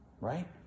right